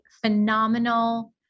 phenomenal